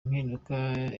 impinduka